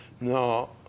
no